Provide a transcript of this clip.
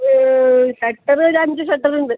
shutter ഒരഞ്ച് ഷട്ടറുണ്ട്